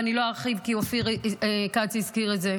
ואני לא ארחיב כי אופיר כץ הזכיר את זה,